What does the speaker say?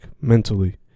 mentally